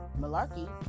malarkey